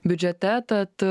biudžete tad